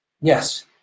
Yes